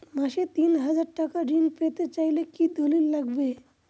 মাসে তিন হাজার টাকা ঋণ পেতে চাইলে কি দলিল লাগবে?